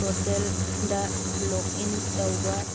ꯄꯣꯔꯇꯦꯜꯗ log in ꯇꯧꯕ